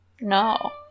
No